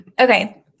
Okay